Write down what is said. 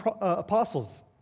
apostles